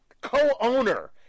co-owner